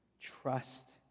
trust